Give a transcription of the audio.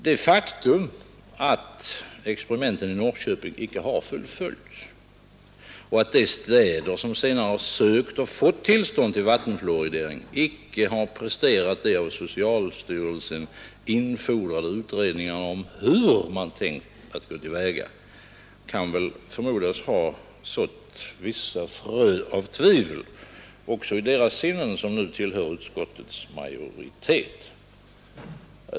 Det faktum att experimenten i Norrköping inte har fullföljts och att de städer som senare sökt och fått tillstånd till vattenfluoridering inte har presterat de av socialstyrelsen infordrade utredningarna om hur man har tänkt sig att gå till väga kan väl förmodas ha sått vissa frön av tvivel också i deras sinnen som nu tillhör utskottets majoritet.